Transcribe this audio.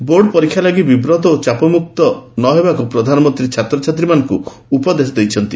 board ପରୀକ୍ଷା ଲାଗି ବିବ୍ରତ ଓ ଚାପଯୁକ୍ତ ନ ହେବାକୁ ପ୍ରଧାନମନ୍ତୀ ଛାତ୍ରଛାତ୍ରୀମାନଙ୍କୁ ଉପଦେଶ ଦେଇଛନ୍ତି